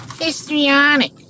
Histrionic